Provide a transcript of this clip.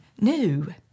new